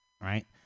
right